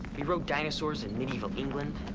we rode dinosaurs in medieval england,